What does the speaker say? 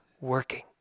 working